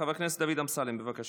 חבר הכנסת דוד אמסלם, בבקשה.